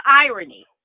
irony